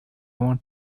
want